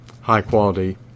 high-quality